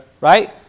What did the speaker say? Right